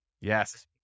Yes